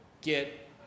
get